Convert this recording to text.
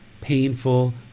painful